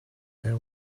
there